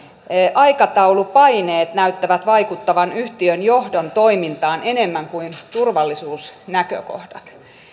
aikataulupaineet näyttävät vaikuttavan yhtiön johdon toimintaan enemmän kuin turvallisuusnäkökohdat